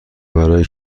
برای